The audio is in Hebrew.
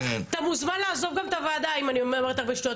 אתה מוזמן לעזוב את הוועדה אם אני אומרת הרבה שטויות,